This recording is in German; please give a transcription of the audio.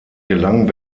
gelang